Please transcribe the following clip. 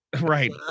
Right